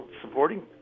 supporting